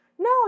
no